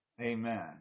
Amen